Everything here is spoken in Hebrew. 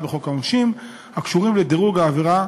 בחוק העונשין הקשורים לדירוג העבירה